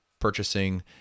purchasing